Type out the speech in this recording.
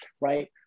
right